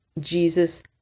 Jesus